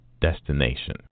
destination